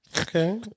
okay